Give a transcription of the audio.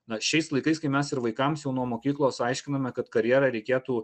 na šiais laikais kai mes ir vaikams jau nuo mokyklos aiškiname kad karjerą reikėtų